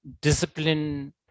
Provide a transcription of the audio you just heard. Discipline